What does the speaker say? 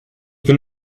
bin